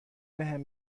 بهم